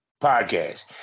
podcast